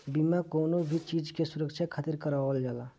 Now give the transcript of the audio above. बीमा कवनो भी चीज के सुरक्षा खातिर करवावल जाला